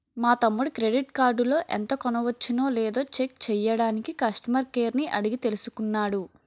మా తమ్ముడు క్రెడిట్ కార్డులో ఎంత కొనవచ్చునో లేదో చెక్ చెయ్యడానికి కష్టమర్ కేర్ ని అడిగి తెలుసుకున్నాడు